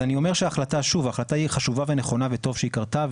ההחלטה היא חשובה ונכונה, וטוב שהיא קרתה.